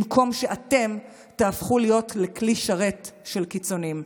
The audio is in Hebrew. במקום שאתם תהפכו להיות לכלי שרת של קיצונים.